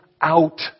out